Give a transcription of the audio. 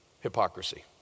hypocrisy